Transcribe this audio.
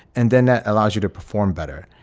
and then that allows you to perform better.